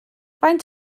faint